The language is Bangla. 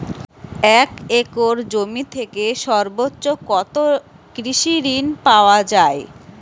এক একর জমি থেকে সর্বোচ্চ কত কৃষিঋণ পাওয়া য়ায়?